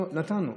נתנו.